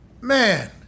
man